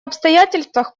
обстоятельствах